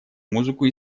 музыку